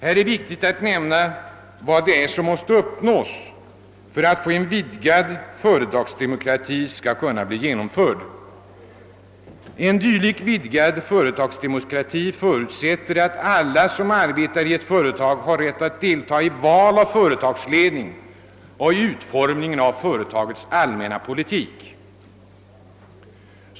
Det är viktigt att här nämna vad som måste uppnås för att en vidgad företagsdemokrati skall bli genomförd. En vidgad företagsdemokrati förutsätter att alla som arbetar i ett företag har rätt att delta i val av företagsledning och i utformningen av företagets allmänna politik.